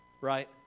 Right